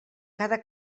cada